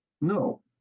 No